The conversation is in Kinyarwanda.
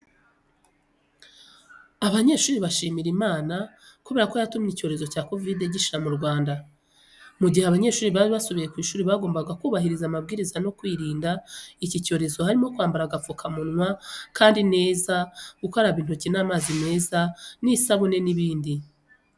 Abanyeshuri bashimira Imana kubera ko yatumye icyorezo cya Kovide gishira mu Rwanda. Mu gihe abanyeshuri bari basubiye ku ishuri bagombaga kubahiriza amabwiriza yo kwirinda iki cyorezo harimo kwambara agapfukamunwa kandi neza, gukaraba intoki n'amazi meza n'isabune n'ibindi.